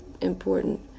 important